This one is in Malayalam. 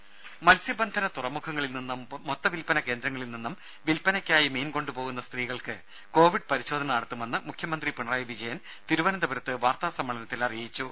രാര മത്സ്യബന്ധന തുറമുഖങ്ങളിൽ നിന്നും മൊത്ത വിൽപന കേന്ദ്രങ്ങളിൽ നിന്നും വിൽപ്പനക്കായി മീൻ കൊണ്ടുപോകുന്ന സ്ത്രീകൾക്ക് കോവിഡ് പരിശോധന നടത്തുമെന്ന് മുഖ്യമന്ത്രി പിണറായി വിജയൻ തിരുവനന്തപുരത്ത് വാർത്താ സമ്മേളനത്തിൽ പറഞ്ഞു